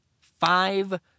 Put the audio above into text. five